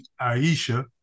Aisha